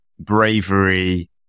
bravery